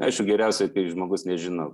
aš geriausiai kai žmogus nežino